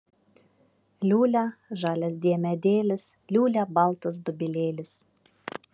liūlia žalias diemedėlis liūlia baltas dobilėlis